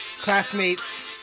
classmates